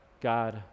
God